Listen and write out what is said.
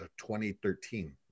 2013